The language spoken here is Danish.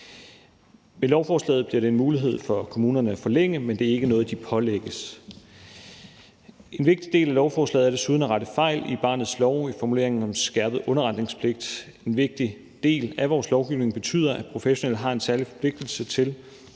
Med lovforslaget bliver det en mulighed for kommunerne at forlænge, men det er ikke noget, de pålægges. En vigtig del af lovforslaget er desuden at rette fejl i barnets lov i formuleringen om skærpet underretningspligt. En vigtig del af vores lovgivning betyder, at professionelle har en særlig forpligtelse til